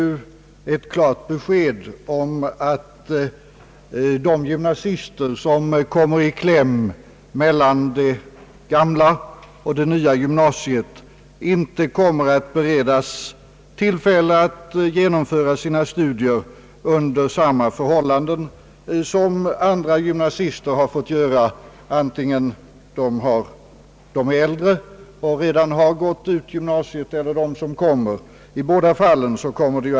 Det ger ju klart besked om att de gymnasister, som råkar i kläm mellan det gamla och det nya gymnasiet, inte kommer att beredas tillfälle att genomföra sina studier under samma förhållanden som andra gymnasister har fått göra, både de som är äldre och redan har upplevt gymnasiet och de som kommer.